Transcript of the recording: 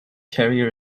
carrier